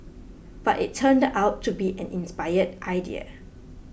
but it turned out to be an inspired idea